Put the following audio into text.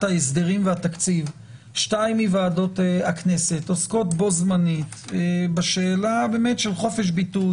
התקציב שתיים מוועדות הכנסת עוסקות בו זמנית בשאלה של חופש ביטוי,